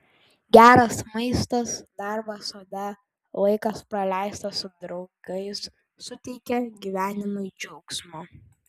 geras maistas darbas sode laikas praleistas su draugais suteikia gyvenimui džiaugsmo